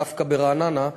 דווקא ברעננה.